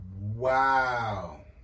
Wow